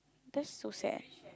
that's so sad